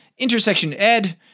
intersectioned